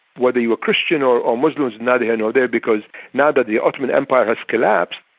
whether you were christian or or muslim is neither here nor there because now that the ottoman empire has collapsed,